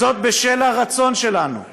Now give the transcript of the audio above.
זאת, בשל הרצון שלנו ליצור,